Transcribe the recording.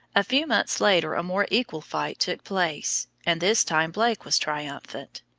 a few months later a more equal fight took place, and this time blake was triumphant.